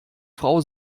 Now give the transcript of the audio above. frau